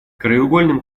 краеугольным